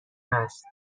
هست